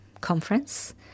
conference